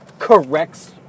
Corrects